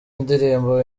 ndirimbo